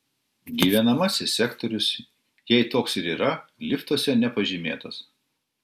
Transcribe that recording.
gyvenamasis sektorius jei toks ir yra liftuose nepažymėtas